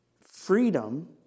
Freedom